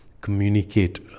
communicate